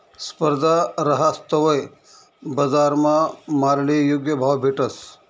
स्पर्धा रहास तवय बजारमा मालले योग्य भाव भेटस